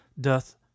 doth